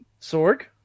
Sorg